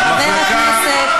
המחלקה,